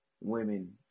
women